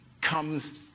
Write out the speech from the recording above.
comes